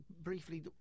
briefly